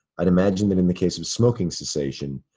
i'd imagine that in the case of smoking cessation,